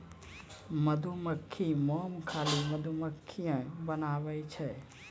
मधुमक्खी मोम खाली मधुमक्खिए बनाबै छै